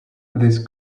this